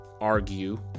argue